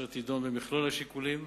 אשר תדון במכלול השיקולים